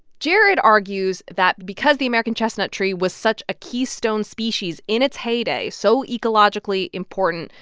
jared argues that because the american chestnut tree was such a keystone species in its heyday, so ecologically important,